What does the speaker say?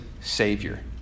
Savior